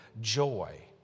joy